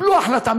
קיבלו החלטה.